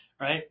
right